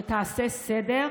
ותעשה סדר.